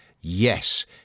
Yes